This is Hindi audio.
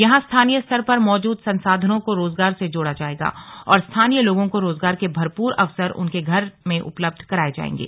यहां स्थानीय स्तर पर मौजूद संसाधनों को रोजगार से जोड़ा जाएगा और स्थानीय लोगों को रोजगार के भरपूर अवसर उनके घर मे उपलब्ध कराये जायेंगे